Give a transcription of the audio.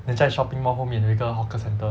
then 在 shopping mall 后面有一个 hawker centre